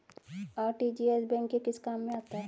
RTGS bank के किस काम में आता है?